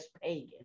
pagan